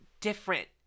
different